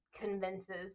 convinces